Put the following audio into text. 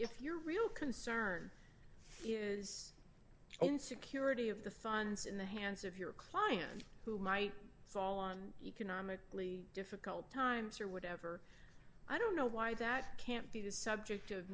if your real concern is in security of the funds in the hands of your client who might fall on economically difficult times or whatever i don't know why that can't be the subject of